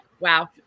Wow